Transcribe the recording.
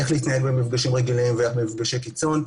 איך להתנהל במפגשים רגילים ואיך במפגשי קיצון,